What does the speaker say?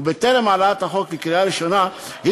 ובטרם העלאת הצעת החוק לקריאה ראשונה היא